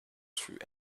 through